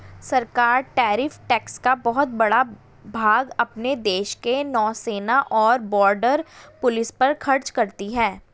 सरकार tariff tax का एक बहुत बड़ा भाग अपने देश के नौसेना और बॉर्डर पुलिस पर खर्च करती हैं